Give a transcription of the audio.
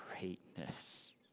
greatness